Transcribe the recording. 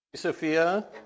Sophia